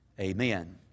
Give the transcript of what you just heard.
amen